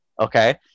okay